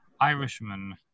Irishman